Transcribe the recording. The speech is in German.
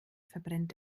verbrennt